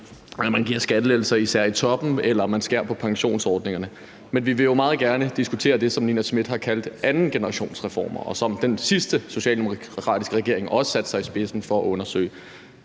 at man giver skattelettelser især i toppen, eller at man skærer i pensionsordningerne. Men vi vil jo meget gerne diskutere det, som Nina Smith har kaldt andengenerationsreformer, og som den sidste socialdemokratiske regering satte sig i spidsen for at undersøge,